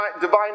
divine